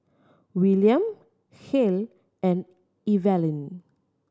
Willian Kael and Evalyn